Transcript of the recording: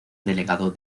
delegado